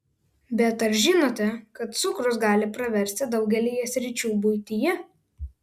bet ar žinote kad cukrus gali praversti daugelyje sričių buityje